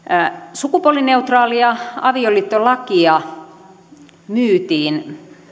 sukupuolineutraalia avioliittolakia myytiin